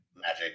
Magic